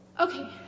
Okay